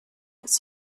its